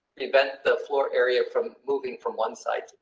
event the floor area from moving from one side to.